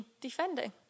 defending